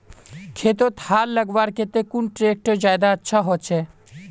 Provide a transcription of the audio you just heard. खेतोत हाल लगवार केते कुन ट्रैक्टर ज्यादा अच्छा होचए?